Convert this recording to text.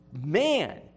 Man